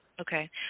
Okay